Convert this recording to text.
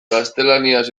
gaztelaniaz